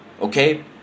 Okay